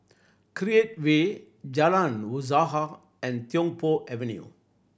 Create Way Jalan Usaha and Tiong Poh Avenue